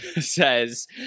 says